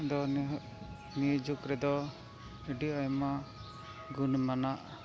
ᱟᱫᱚ ᱚᱱᱮᱦᱟᱜ ᱱᱤᱭᱟᱹ ᱡᱩᱜᱽ ᱨᱮᱫᱚ ᱟᱹᱰᱤ ᱟᱭᱢᱟ ᱜᱩᱱᱢᱟᱱᱟᱜ